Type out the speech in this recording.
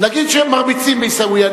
נגיד שמרביצים בעיסאוויה,